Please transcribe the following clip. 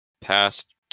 past